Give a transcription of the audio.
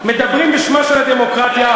מדברים בשמה של הדמוקרטיה.